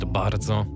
bardzo